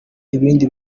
ibindi